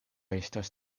estas